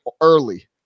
early